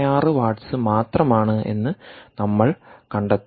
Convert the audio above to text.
66 watts മാത്രമാണ് എന്ന് നമ്മൾ കണ്ടെത്തി